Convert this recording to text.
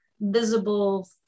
visible